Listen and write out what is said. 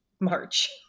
March